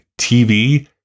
TV